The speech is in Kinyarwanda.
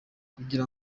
kugira